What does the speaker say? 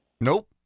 Nope